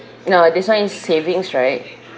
oh this [one] is savings right